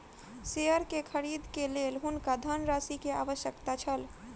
share के खरीद के लेल हुनका धनराशि के आवश्यकता छल